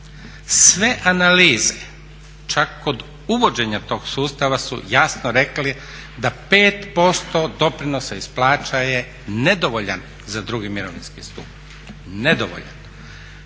Sve analize čak kod uvođenja tog sustava su jasno rekli da 5% doprinosa iz plaća je nedovoljan za drugi mirovinski stup, nedovoljan.